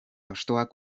hostoak